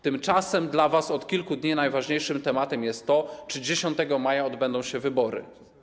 Tymczasem dla was od kilku dni najważniejszym tematem jest to, czy 10 maja odbędą się wybory.